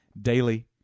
daily